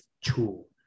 tool